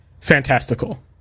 fantastical